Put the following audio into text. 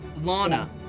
Lana